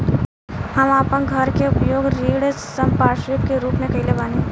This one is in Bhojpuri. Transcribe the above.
हम आपन घर के उपयोग ऋण संपार्श्विक के रूप में कइले बानी